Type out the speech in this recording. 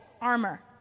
armor